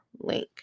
link